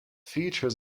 features